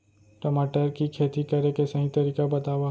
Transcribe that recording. टमाटर की खेती करे के सही तरीका बतावा?